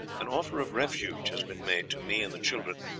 an offer of refuge has been made to me and the children,